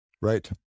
Right